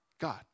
God